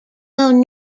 though